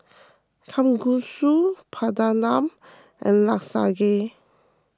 Kalguksu Papadum and Lasagne